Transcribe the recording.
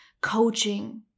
coaching